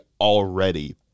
already